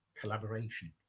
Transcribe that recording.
collaboration